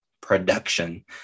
production